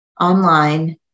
online